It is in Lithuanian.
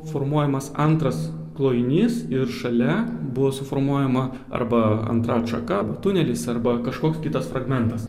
formuojamas antras klojinys ir šalia buvo suformuojama arba antra atšaka tunelis arba kažkoks kitas fragmentas